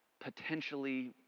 potentially